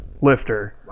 lifter